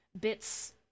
bits